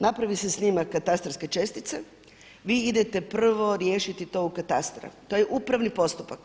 Napravi se snimak katastarske čestice, vi idete prvo riješiti to u katastar, to je upravni postupak.